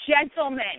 gentlemen